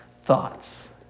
thoughts